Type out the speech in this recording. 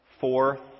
four